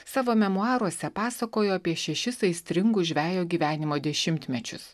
savo memuaruose pasakojo apie šešis aistringus žvejo gyvenimo dešimtmečius